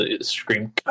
scream